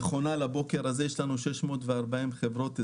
ונכון לבוקר הזה יש לנו 640 חברות הזנק.